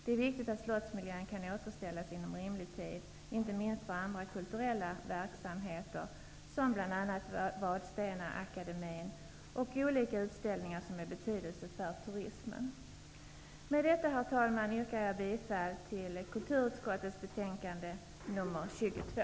Det är viktigt att slottsmiljön kan återställas inom rimlig tid, inte minst för andra kulturella verksamheter såsom bl.a. Vadstena Akademien och olika utställningar som är betydelsefulla för turismen. Herr talman! Med det anförda yrkar jag bifall till hemställan i kulturutskottets betänkande 22.